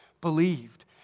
believed